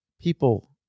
people